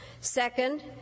Second